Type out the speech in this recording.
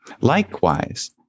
Likewise